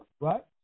right